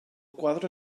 quadre